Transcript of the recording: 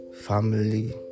family